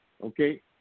Okay